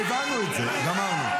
הבנו את זה, גמרנו.